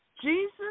Jesus